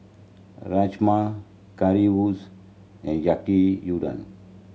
Rajma Currywurst and Yaki Udon